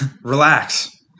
Relax